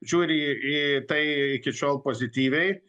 žiūri į į tai iki šiol pozityviai